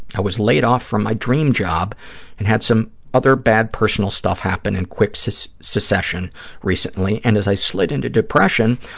i was laid off from my dream job and had some other bad personal stuff happen in quick so succession recently, and as i slid into depression,